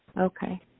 Okay